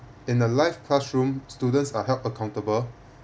in a live classroom students are held accountable